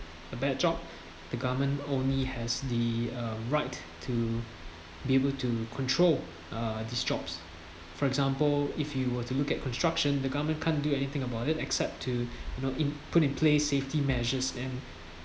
a bad job the government only has the uh right to be able to control uh these jobs for example if you were to look at construction the government can't do anything about it except to you know in put in place safety measures and